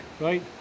Right